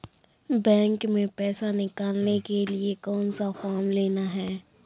Bank में पैसा निकालने के लिए कौन सा फॉर्म लेना है?